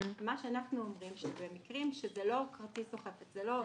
מה שאנחנו אומרים, שזה מקרים שזה לא כרטיס אשראי.